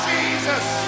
Jesus